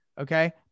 Okay